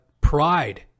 pride